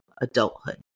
adulthood